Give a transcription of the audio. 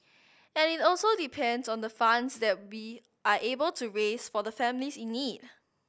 and it also depends on the funds that we are able to raise for the families in need